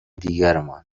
دیگرمان